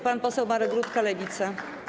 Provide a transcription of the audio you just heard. Pan poseł Marek Rutka, Lewica.